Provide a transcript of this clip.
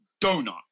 Donut